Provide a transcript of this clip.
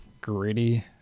gritty